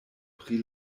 pri